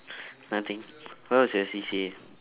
nothing what was your C_C_A